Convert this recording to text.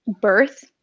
birth